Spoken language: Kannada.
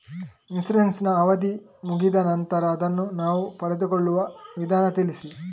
ಇನ್ಸೂರೆನ್ಸ್ ನ ಅವಧಿ ಮುಗಿದ ನಂತರ ಅದನ್ನು ನಾವು ಪಡೆದುಕೊಳ್ಳುವ ವಿಧಾನ ತಿಳಿಸಿ?